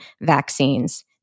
vaccines